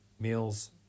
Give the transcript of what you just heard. meals